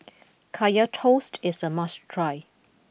Kaya Toast is a must try